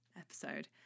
episode